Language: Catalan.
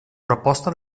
proposta